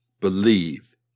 believe